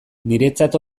niretzat